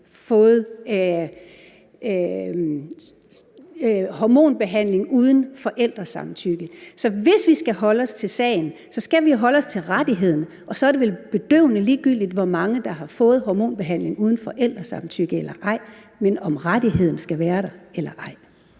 fået hormonbehandling uden forældresamtykke. Så hvis vi skal holde os til sagen, skal vi holde os til rettigheden, og så er det vel bedøvende ligegyldigt, hvor mange der har fået hormonbehandling uden forældresamtykke eller ej, men om rettigheden skal være der eller ej?